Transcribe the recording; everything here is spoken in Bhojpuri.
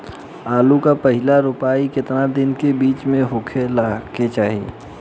आलू क पहिला रोपाई केतना दिन के बिच में होखे के चाही?